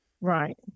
Right